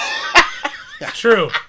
True